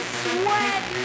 sweat